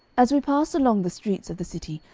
as we passed along the streets of the city,